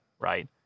right